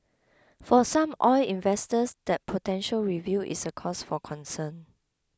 for some oil investors that potential review is a cause for concern